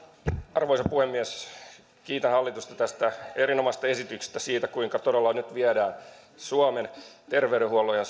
arvoisa puhemies kiitän hallitusta tästä erinomaisesta esityksestä siitä kuinka todella nyt viedään suomen terveydenhuollon ja